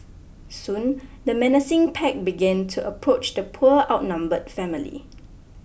soon the menacing pack began to approach the poor outnumbered family